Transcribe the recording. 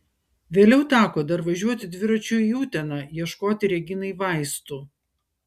vėliau teko dar važiuoti dviračiu į uteną ieškoti reginai vaistų